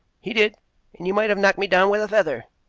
he did, and you might have knocked me down with a feather,